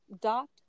dot